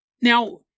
Now